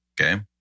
okay